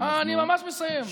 אני ממש מסיים, בסדר.